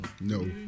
No